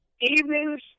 evenings